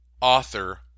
author